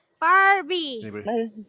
Barbie